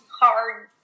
hard